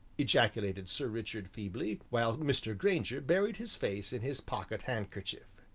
ejaculated sir richard feebly, while mr. grainger buried his face in his pocket-handkerchief.